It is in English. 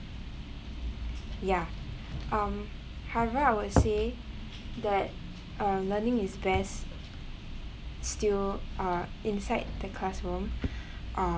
ya um however I would say that uh learning is best still uh inside the classroom uh